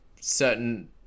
certain